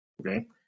Okay